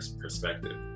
perspective